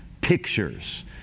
pictures